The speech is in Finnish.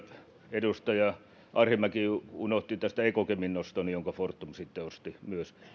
edustaja arhinmäki unohti tästä ekokemin oston jonka fortum sitten osti myös